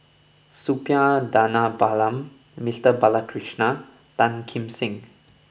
Suppiah Dhanabalan Mister Balakrishnan Tan Kim Seng